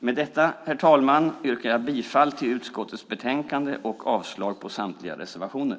Med detta, herr talman, yrkar jag bifall till utskottets förslag i betänkandet och avslag på samtliga reservationer.